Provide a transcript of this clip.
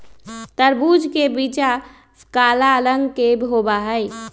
तरबूज के बीचा काला रंग के होबा हई